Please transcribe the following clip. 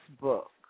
book